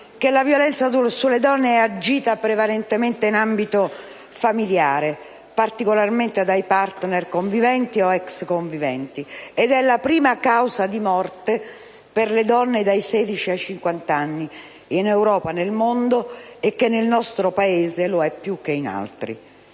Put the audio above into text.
che la violenza sulle donne è agita prevalentemente in ambito familiare, particolarmente dai *partner* conviventi o ex conviventi, ed è la prima causa di morte per le donne dai 16 ai 50 anni, in Europa e nel mondo, e nel nostro Paese lo è più che in altri.